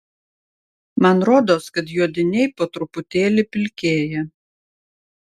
man rodos kad juodiniai po truputėlį pilkėja